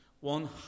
one